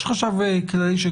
יש חשב כללי.